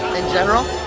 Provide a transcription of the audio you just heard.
in general?